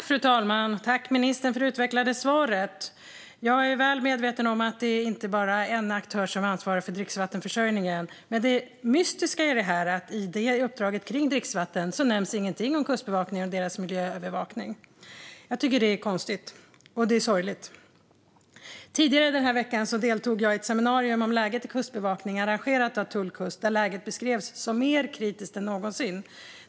Fru talman! Jag tackar ministern för det utvecklade svaret. Jag är väl medveten om att det inte är bara en aktör som är ansvarig för dricksvattenförsörjningen. Men det mystiska i det här är att det i uppdraget gällande dricksvatten inte nämns någonting om Kustbevakningen och dess miljöövervakning. Jag tycker att det är konstigt och sorgligt. Tidigare i veckan deltog jag i ett seminarium om läget i Kustbevakningen, arrangerat av Tull-Kust. Där beskrevs läget som mer kritiskt än någonsin.